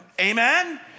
Amen